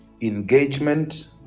engagement